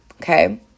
okay